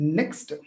next